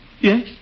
Yes